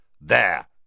There